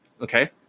okay